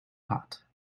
hot